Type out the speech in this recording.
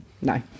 no